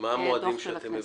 דוח של הכנסת.